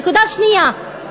נקודה שנייה,